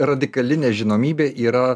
radikali nežinomybė yra